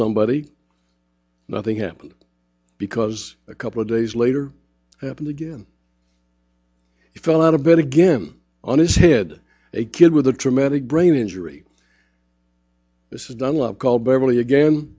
somebody nothing happened because a couple of days later it happened again he fell out of bed again on his head a kid with a traumatic brain injury this is done a lot called beverly again